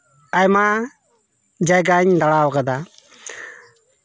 ᱟᱭᱢᱟ ᱡᱟᱭᱜᱟᱧ ᱫᱟᱬᱟᱣᱟᱠᱟᱫᱟ